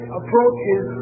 approaches